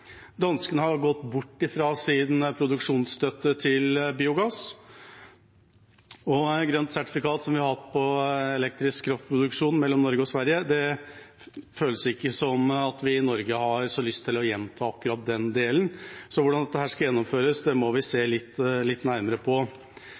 har gått bort fra sin produksjonsstøtte til biogass, og når det gjelder grønt sertifikat, som vi har hatt på elektrisk kraftproduksjon mellom Norge og Sverige, føles det ikke som at vi i Norge har så lyst til å gjenta akkurat den delen. Så hvordan dette skal gjennomføres, må vi se